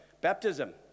Baptism